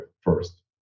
first